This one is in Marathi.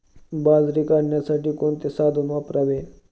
बाजरी काढण्यासाठी कोणते साधन वापरावे?